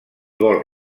vol